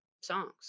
songs